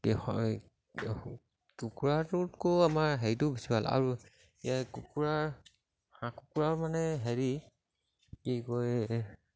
কি হয় কুকুৰাটোতকৈ আমাৰ হেৰিটো বেছি ভাল আৰু ইয়াৰ কুকুৰা হাঁহ কুকুৰা মানে হেৰি কি কয়